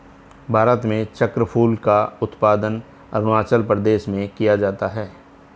भारत में चक्रफूल का उत्पादन अरूणाचल प्रदेश में किया जाता है